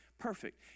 perfect